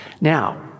Now